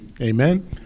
Amen